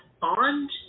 bond